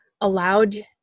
allowed